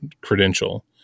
credential